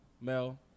Mel